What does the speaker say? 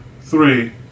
three